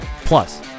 Plus